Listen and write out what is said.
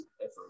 effort